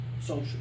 social